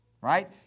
Right